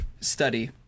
study